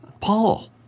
Paul